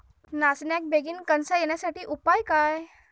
नाचण्याक बेगीन कणसा येण्यासाठी उपाय काय?